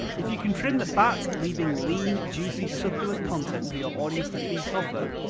if you can trim the facts, leaving lean, juicy, succulent content for your audience to feast off of,